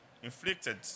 inflicted